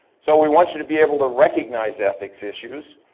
so we want you to be able to recognize ethics issues,